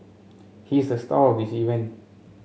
he is the star of this event